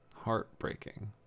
heartbreaking